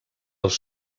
als